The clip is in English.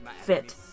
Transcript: fit